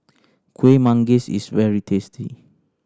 Kuih Manggis is very tasty